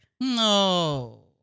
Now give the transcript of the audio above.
No